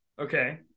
okay